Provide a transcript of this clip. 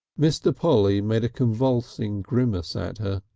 mr. polly made a convulsing grimace at her.